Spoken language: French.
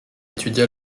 étudia